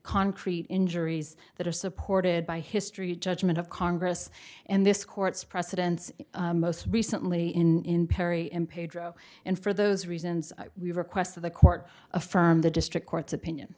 concrete injuries that are supported by history judgment of congress and this court's precedents most recently in perry in pedro and for those reasons we request of the court affirmed the district court's opinion